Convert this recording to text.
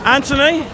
Anthony